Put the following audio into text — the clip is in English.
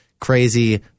crazy